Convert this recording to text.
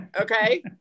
Okay